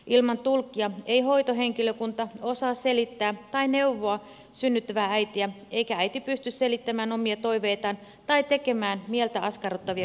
ilman tulkkia ei hoitohenkilökunta osaa selittää tai neuvoa synnyttävää äitiä eikä äiti pysty selittämään omia toiveitaan tai tekemään mieltä askarruttavia kysymyksiä